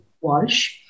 Walsh